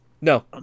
No